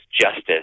justice